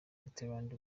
mitterand